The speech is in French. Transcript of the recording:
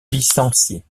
licencié